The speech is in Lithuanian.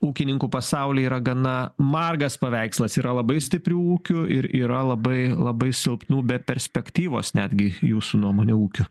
ūkininkų pasauly yra gana margas paveikslas yra labai stiprių ūkių ir yra labai labai silpnų be perspektyvos netgi jūsų nuomone ūkių